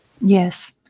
Yes